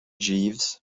jeeves